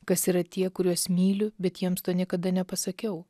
kas yra tie kuriuos myliu bet jiems to niekada nepasakiau